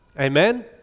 Amen